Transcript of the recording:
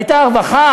הייתה רווחה,